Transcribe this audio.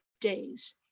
days